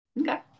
Okay